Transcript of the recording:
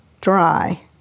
dry